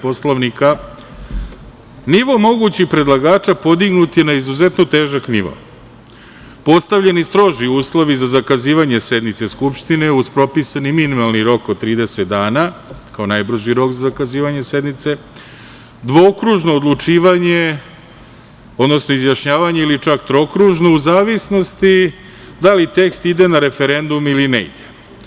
Poslovnika, nivo mogućih predlagača podignut je na izuzetno težak nivo, postavljeni stroži uslovi za zakazivanje sednice Skupštine uz propisani minimum rok od 30 dana, kao najbrži rok za zakazivanje sednice, dvokružno odlučivanje, odnosno izjašnjavanje ili čak trokružno u zavisnosti da li tekst ide na referendum ili ne ide.